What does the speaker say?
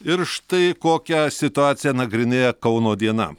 ir štai kokią situaciją nagrinėja kauno diena